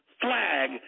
flag